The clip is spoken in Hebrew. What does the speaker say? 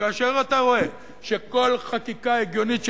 וכאשר אתה רואה שכל חקיקה הגיוניות,